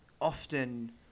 often